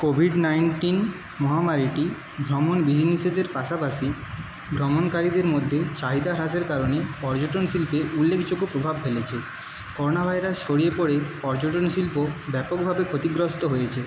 Covid nineteen মহামারিটি পাশাপাশি ভ্রমণকারীদের মধ্যে চাহিদা হ্রাসের কারণে পর্যটন শিল্পে উল্লেখযোগ্য প্রভাব ফেলেছে করোনা ভাইরাস ছড়িয়ে পড়ে পর্যটন শিল্প ব্যাপকভাবে ক্ষতিগ্রস্থ হয়েছে